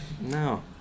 No